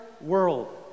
world